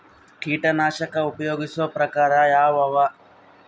ಕೀಟನಾಶಕ ಉಪಯೋಗಿಸೊ ಪ್ರಕಾರ ಯಾವ ಅವ?